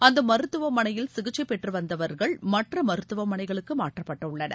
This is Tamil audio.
அந்த மருத்துவமனையில் சிகிச்சை பெற்று வந்தவா்கள் மற்ற மருத்துவமனைகளுக்கு மாற்றப்பட்டுள்ளனர்